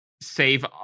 save